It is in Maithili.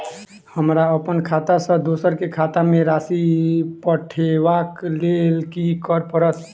हमरा अप्पन खाता सँ दोसर केँ खाता मे राशि पठेवाक लेल की करऽ पड़त?